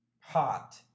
Hot